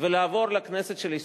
ולעבור לכנסת של הישרדות.